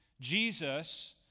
Jesus